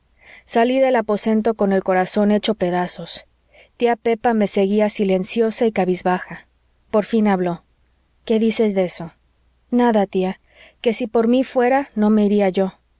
salí del aposento con el corazón hecho pedazos tía pepa me seguía silenciosa y cabizbaja por fin habló qué dices de eso nada tía que si por mí fuera no me iría yo